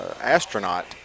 astronaut